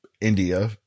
India